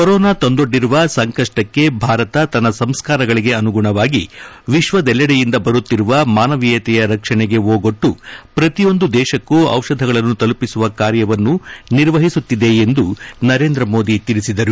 corona ತಂದೊಡ್ಡಿರುವ ಸಂಕಷ್ಟಕ್ಕೆ ಭಾರತ ತನ್ನ ಸಂಸ್ಕಾರಗಳಿಗೆ ಅನುಗುಣವಾಗಿ ವಿಶ್ವದೆಲ್ಲಡೆಯಿಂದ ಬರುತ್ತಿರುವ ಮಾನವೀಯತೆಯ ರಕ್ಷಣೆಗೆ ಓಗೊಟ್ಟು ಪ್ರಶಿಯೊಂದು ದೇಶಕ್ಕೂ ದಿಷಧಗಳನ್ನು ತಲುಪಿಸುವ ಕಾರ್ಯವನ್ನು ನಿರ್ವಹಿಸುತ್ತಿದೆ ಎಂದು ನರೇಂದ್ರ ಮೋದಿ ತಿಳಿಸಿದರು